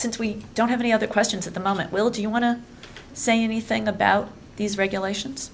since we don't have any other questions at the moment will do you want to say anything about these regulations